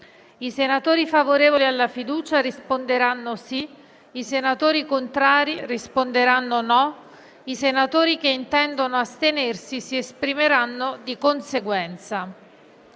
I senatori favorevoli alla fiducia risponderanno sì; i senatori contrari risponderanno no; i senatori che intendono astenersi si esprimeranno di conseguenza.